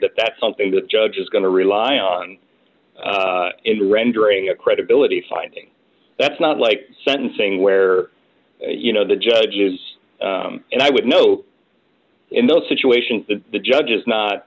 that that's something the judge is going to rely on in rendering a credibility finding that's not like sentencing where you know the judges and i would know in those situations that the judge is not